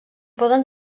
poden